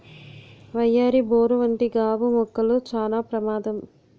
వయ్యారి బోరు వంటి గాబు మొక్కలు చానా ప్రమాదం